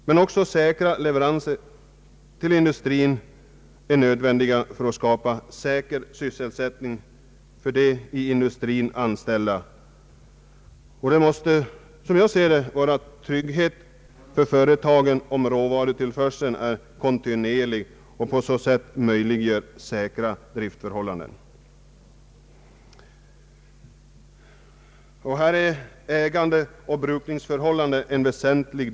Men också säkra leveranser för industrin är nödvändiga för att man skall kunna skapa säker sysselsättning för industrins anställda. Det måste innebära trygghet för företagen om råvarutillförseln är kontinuerlig och på så sätt möjliggör säkra driftsförhållanden. Härvid är ägandeoch brukningsförhållandena väsentliga.